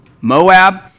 Moab